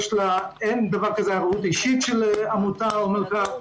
ואין דבר כזה ערבות אישית של עמותה או מלכ"ר.